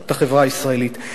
את החברה הישראלית.